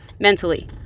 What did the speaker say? mentally